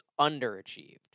underachieved